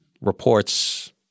reports